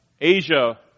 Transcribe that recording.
Asia